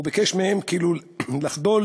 הוא כאילו ביקש מהם לחדול